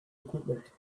equipment